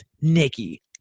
nikki